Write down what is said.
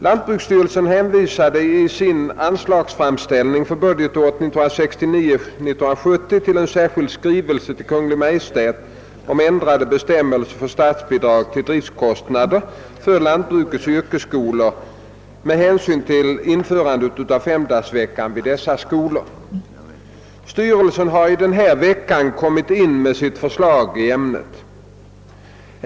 Lantbruksstyrelsen hänvisade i sin anslagsframställning för budgetåret 1969/70 till en särskild skrivelse till Kungl. Maj:t om ändrade bestämmelser för statsbidrag till driftkostnaderna vid lantbrukets yrkesskoior med hänsyn till införandet av femdagarsvecka vid dessa skolor. Styrelsen har denna vecka kommit in med sitt förslag i ärnnet.